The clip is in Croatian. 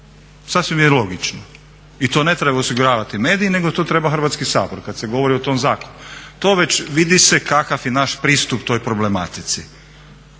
Sasvim je logično i to ne trebaju osiguravat mediji nego to treba Hrvatski sabor kad se govori o tom …. To već vidi se kakav je naš pristup toj problematici.